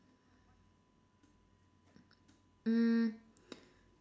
mm